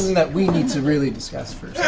that we need to really discuss, first.